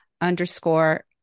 underscore